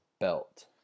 belt